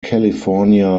california